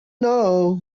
know